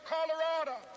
Colorado